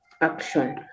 action